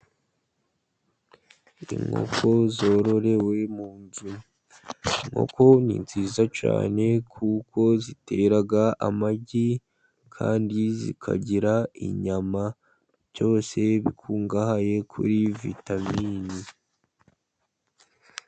Inkoko zororewe mu nzu. Inkoko ni nziza cyane kuko zitera amagi, kandi zikagira inyama, byose bikungahaye kuri vitamini.